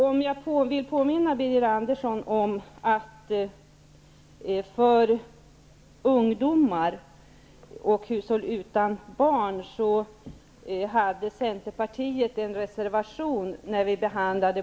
Om jag får påminna Birger Andersson, hade Centern förra året en reservation när det gäller bostadsbidrag till ungdomar och till hushåll utan barn.